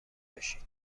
باشید